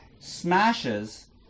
smashes